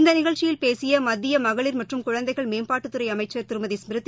இந்தநிகழ்ச்சியில் பேசியமத்தியமகளிர் மற்றும் குழந்தைகள் மேம்பாட்டுத்துறைஅமைச்சர் திருமதி ஸ்மிருதி